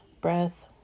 breath